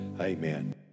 Amen